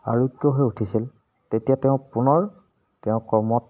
আৰোগ্য হৈ উঠিছিল তেতিয়া তেওঁ পুনৰ তেওঁ কৰ্মত